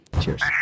Cheers